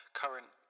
current